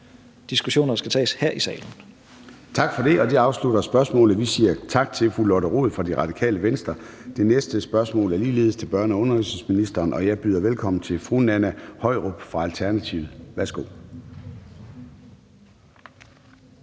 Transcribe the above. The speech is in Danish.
13:39 Formanden (Søren Gade): Tak for det. Og det afslutter spørgsmålet. Vi siger tak til fru Lotte Rod fra Radikale Venstre. Det næste spørgsmål er ligeledes til børne- og undervisningsministeren, og jeg byder velkommen til fru Nanna Høyrup fra Alternativet. Kl.